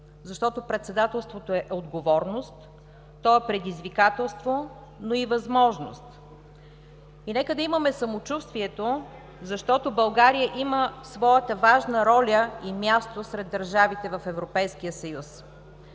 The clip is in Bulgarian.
защото председателството е отговорност, то е предизвикателство, но и възможност. И нека да имаме самочувствието, защото България има своята важна роля и място сред държавите в Европейския съюз,